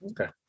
Okay